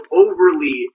overly